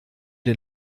den